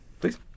Please